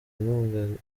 inkunga